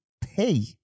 pay